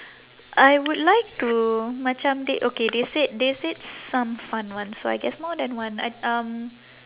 I would like to macam they okay they said they said some fun ones so I guess more than one I um